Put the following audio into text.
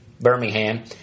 Birmingham